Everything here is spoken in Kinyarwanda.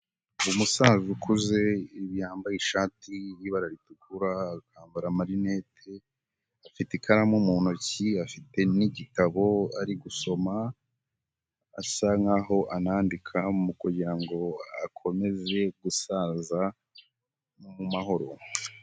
Umusaza ukuze, yambaye ishati y'ibara ritukura, akambara amarinete, afite ikaramu mu ntoki, afite n'igitabo ari gusoma, asa nkaho anandika kugira ngo akomeze gusaza mu mahoro.